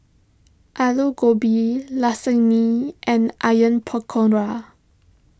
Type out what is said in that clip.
Alu Gobi Lasagne and Onion Pakora